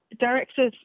Directors